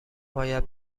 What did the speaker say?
باید